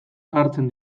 hartzen